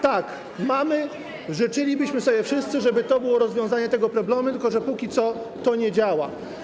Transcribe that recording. Tak, życzylibyśmy sobie wszyscy, żeby to było rozwiązanie tego problemu, tylko że na razie to nie działa.